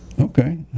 Okay